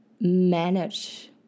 manage